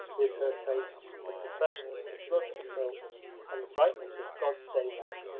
with her face of the freshness of blood and milk and the brightness of god's daylight,